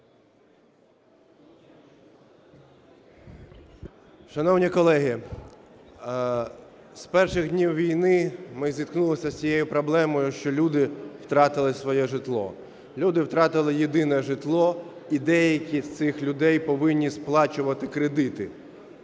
Шановні колеги, з перших днів війни ми зіткнулися з цією проблемою, що люди втратили своє житло, люди втратили єдине житло, і деякі з цих людей повинні сплачувати кредити,